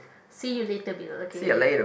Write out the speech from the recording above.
see you later Bill okay